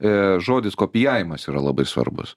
ė žodis kopijavimas yra labai svarbus